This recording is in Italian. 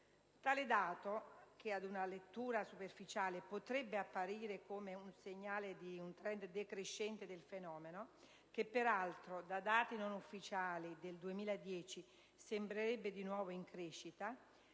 Tale dato, che ad una lettura superficiale potrebbe apparire come segnale di un *trend* decrescente del fenomeno (che peraltro da dati non ufficiali del 2010 sembrerebbe di nuovo in crescita),